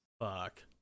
Fuck